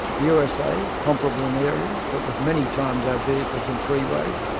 the usa, comparable in area, but with many times our vehicles and freeways,